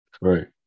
Right